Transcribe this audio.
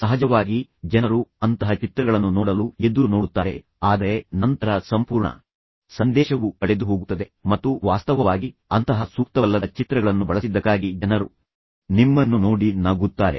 ಸಹಜವಾಗಿ ಜನರು ಅಂತಹ ಚಿತ್ರಗಳನ್ನು ನೋಡಲು ಎದುರು ನೋಡುತ್ತಾರೆ ಆದರೆ ನಂತರ ಸಂಪೂರ್ಣ ಸಂದೇಶವು ಕಳೆದುಹೋಗುತ್ತದೆ ಮತ್ತು ವಾಸ್ತವವಾಗಿ ಅಂತಹ ಸೂಕ್ತವಲ್ಲದ ಚಿತ್ರಗಳನ್ನು ಬಳಸಿದ್ದಕ್ಕಾಗಿ ಜನರು ನಿಮ್ಮನ್ನು ನೋಡಿ ನಗುತ್ತಾರೆ